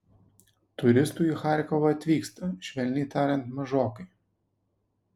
turistų į charkovą atvyksta švelniai tariant mažokai